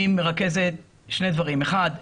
היא מרכזת שני דברים: אחד,